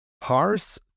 parse